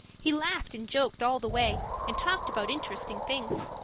he laughed and joked all the way and talked about interesting things.